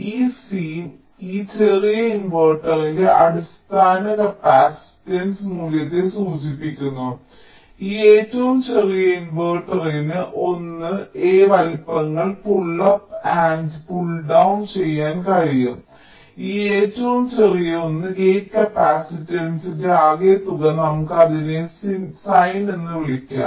ഈ സിൻ ഈ ചെറിയ ഇൻവെർട്ടറിന്റെ അടിസ്ഥാന കപ്പാസിറ്റൻസ് മൂല്യത്തെ സൂചിപ്പിക്കുന്നു ഈ ഏറ്റവും ചെറിയ ഇൻവെർട്ടറിന് 1 A വലുപ്പങ്ങൾ pull up and pull down ചെയ്യാൻ കഴിയും ഈ ഏറ്റവും ചെറിയ ഒന്ന് ഗേറ്റ് കപ്പാസിറ്റൻസിന്റെ ആകെത്തുക നമുക്ക് അതിനെ സിൻ എന്ന് വിളിക്കാം